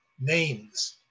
names